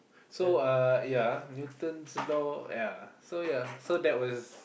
so uh ya Newton's Law ya so ya so that was